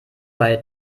bei